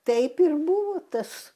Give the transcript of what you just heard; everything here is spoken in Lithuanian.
taip ir buvo tas